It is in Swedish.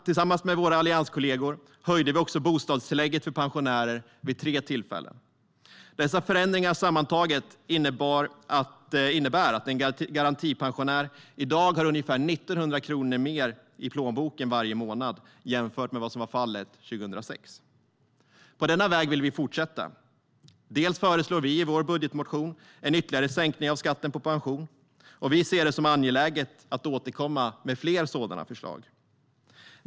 Tillsammans med våra allianskollegor höjde vi också bostadstillägget för pensionärer vid tre tillfällen. Dessa förändringar innebär sammantaget att en garantipensionär i dag har ungefär 1 900 kronor mer i plånboken varje månad än vad som var fallet 2006. På denna väg vill vi fortsätta. Dels föreslår vi i vår budgetmotion en ytterligare sänkning av skatten på pension, och vi ser det som angeläget att återkomma med fler sådana förslag.